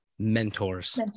mentors